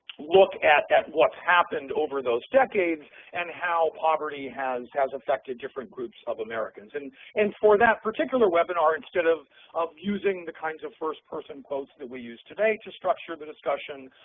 look at what's happened over those decades and how poverty has has affected different groups of americans. and and for that particular webinar, instead of of using the kinds of first-person quotes that we used today to structure the discussion,